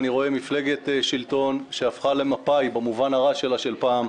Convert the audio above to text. אני רואה מפלגת שלטון שהפכה למפא"י במובן הרע שלה של פעם,